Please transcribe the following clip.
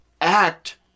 act